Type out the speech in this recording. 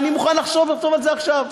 אני מוכן לחתום על זה עכשיו.